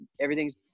everything's